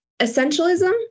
essentialism